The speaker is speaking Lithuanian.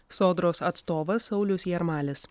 sodros atstovas saulius jarmalis